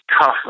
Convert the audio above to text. tough